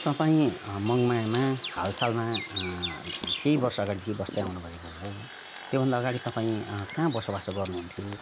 तपाईँ मङमायामा हालसालमा केही वर्ष अगाडिदेखि बस्दै आउनु भएको हो त्यो भन्दा अगाडि तपाईँ कहाँ बसोबास गर्नुहुन्थ्यो